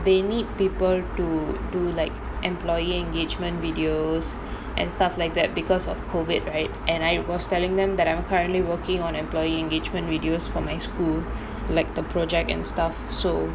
they need people to do like employee engagement videos and stuff like that because of COVID right and I was telling them that I'm currently working on employee engagement videos for my school like the project and stuff so